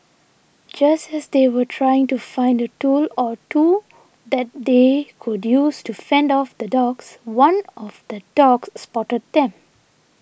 just as they were trying to find a tool or two that they could use to fend off the dogs one of the dogs spotted them